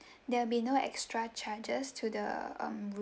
there'll be no extra charges to the um